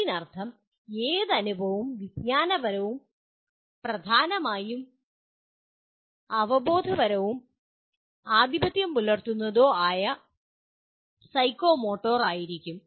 അതിനർത്ഥം ഏത് അനുഭവവും വിജ്ഞാനപരമോ പ്രധാനമായും അവബോധനമോ ആധിപത്യം പുലർത്തുന്നതോ അല്ലെങ്കിൽ സൈക്കോമോട്ടറോ ആയിരിക്കും